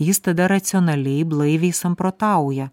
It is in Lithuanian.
jis tada racionaliai blaiviai samprotauja